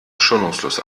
schonungslos